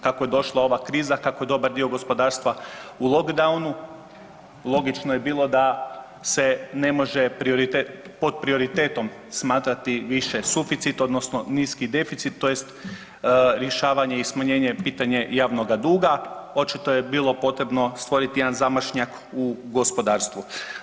Kako je došla ova kriza, kako je dobar dio gospodarstva u lockdownu logično je bilo da se ne može pod prioritetom smatrati više suficit odnosno niski deficit tj. rješavanje i smanjenje pitanje javnoga duga, očito je bilo potrebno stvoriti jedan zamašnjak u gospodarstvu.